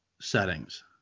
settings